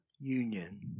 union